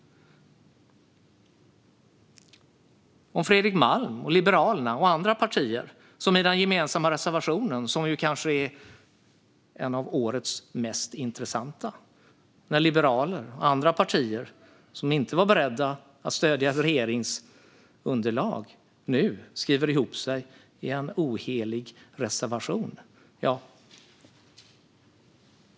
Den gemensamma reservationen från Fredrik Malm och Liberalerna och andra partier är kanske en av årets mest intressanta. Liberalerna och andra partier som inte var beredda att stödja regeringsunderlaget har nu skrivit ihop sig i en ohelig reservation.